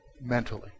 mentally